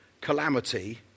calamity